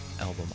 album